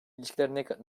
ilişkiler